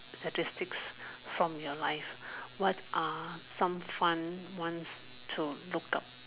statistics from your life what are some fun ones to look up